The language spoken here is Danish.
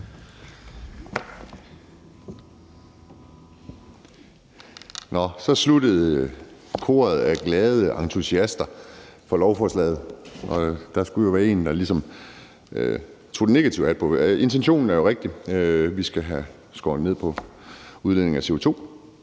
Nå, så sluttede koret af glade entusiaster i forhold til lovforslaget. Der skulle jo være en, der ligesom tog den negative hat på. Intentionen er rigtig. Vi skal have skåret ned på udledningen af CO2.